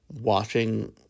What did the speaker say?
watching